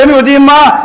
אתם יודעים מה?